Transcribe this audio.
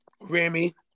Remy